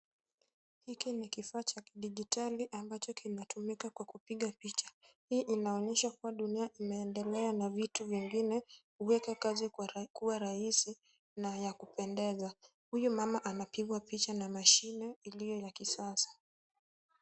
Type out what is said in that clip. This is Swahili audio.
Hiki ni kifaa cha kidijitali ambacho kinatumika kwa kupiga picha. Hii inaonyesha kuwa dunia inaendelea na vitu vingine kuweka kazi kuwa rahisi na ya kupendeza. Huyu mama anapigwa picha na mashine ilio ya kisasa.